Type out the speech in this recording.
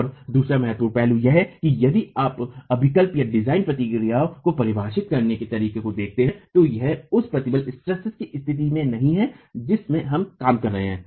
और दूसरा महत्वपूर्ण पहलू यह है कि यदि आप अभिकल्पनडिजाइन प्रक्रियाओं को परिभाषित करने के तरीके को देखते हैं तो यह उस प्रतिबल की स्थिति में नहीं है जिस में हम काम करते हैं